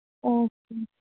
okay